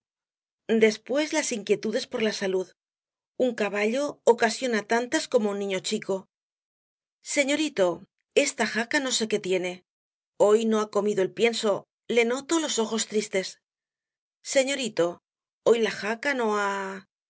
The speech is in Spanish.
después las inquietudes por la salud un caballo ocasiona tantas como un niño chico señorito esta jaca no sé qué tiene hoy no ha comido el pienso le noto los ojos tristes señorito hoy la jaca no